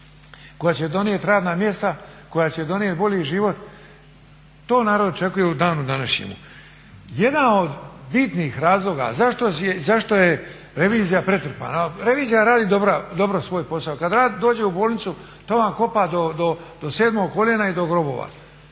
koja će donijet radna mjesta, koja će donijet bolji život. To narod očekuje u danu današnjem. Jedan od bitnih razloga zašto je revizija pretrpana. Revizija radi dobro svoj posao. Kad dođe u bolnicu doma kopa do 7 koljena i do grobova.